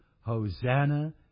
Hosanna